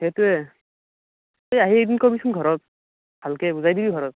সেইটোৱে এই আহি এদিন ক'বিচোন ঘৰত ভালকৈ বুজাই দিবি ঘৰত